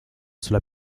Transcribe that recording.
sulla